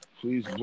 Please